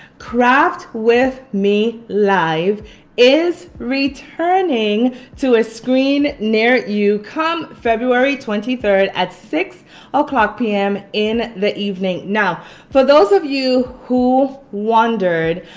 craft with me, live is returning to a screen near you come february twenty third at six o'clock p m. in the evening. now for those of you who wondered,